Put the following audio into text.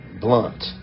blunt